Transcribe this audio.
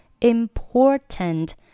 important